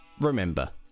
remember